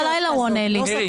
גם ב-23:00 הוא עונה לי.